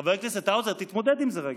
חבר הכנסת האוזר, תתמודד עם זה רגע.